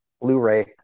Blu-ray